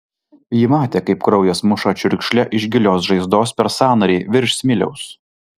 ji matė kaip kraujas muša čiurkšle iš gilios žaizdos per sąnarį virš smiliaus